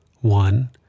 one